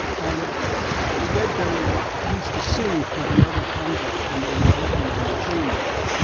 and leadbelly used to sing for the other convicts when they were working on the chain gang.